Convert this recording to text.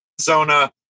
Arizona